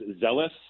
Zealous